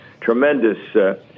tremendous